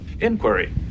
Inquiry